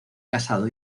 casado